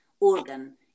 organ